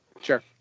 Sure